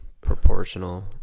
proportional